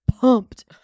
pumped